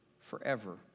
forever